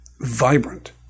vibrant